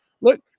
look